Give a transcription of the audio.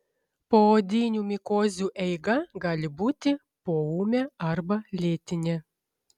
poodinių mikozių eiga gali būti poūmė arba lėtinė